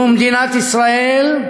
זו מדינת ישראל,